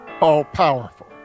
All-powerful